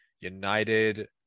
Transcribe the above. United